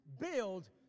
build